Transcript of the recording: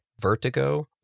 vertigo